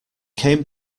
came